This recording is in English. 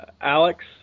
Alex